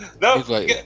no